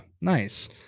Nice